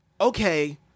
okay